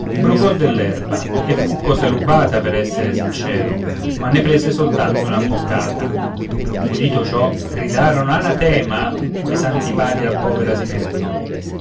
tenera brucò dell'erba e fu cosa rubata per essere sincero ma ne prese soltanto una boccata udito ciò gridarono anatèma quei santi padri al povero asinello